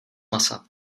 masa